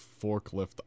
forklift